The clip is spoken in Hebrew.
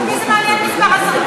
את מי זה מעניין מספר השרים,